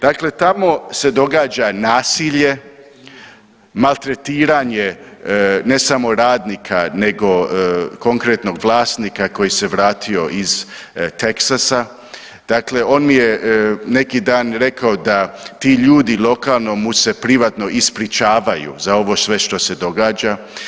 Dakle, tamo se događa nasilje, maltretiranje ne samo radnika nego konkretnog vlasnika koji se vratio iz Teksasa, dakle on mi je neki dan rekao da ti ljudi lokalno mu se privatno ispričavaju za ovo sve što se događa.